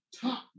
top